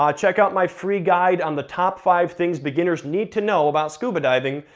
um check out my free guide on the top five things beginners need to know about scuba diving,